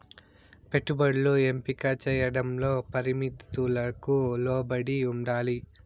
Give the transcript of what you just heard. పెట్టుబడులు ఎంపిక చేయడంలో పరిమితులకు లోబడి ఉండాలి